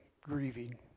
grieving